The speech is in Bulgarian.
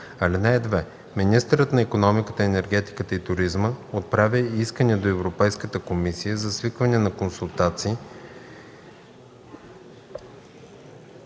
съвет. (2) Министърът на икономиката, енергетиката и туризма отправя искане до Европейската комисия за свикване на консултации